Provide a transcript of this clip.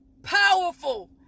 powerful